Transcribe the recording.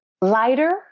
lighter